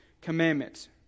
commandments